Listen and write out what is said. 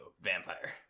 vampire